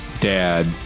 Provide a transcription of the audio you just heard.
Dad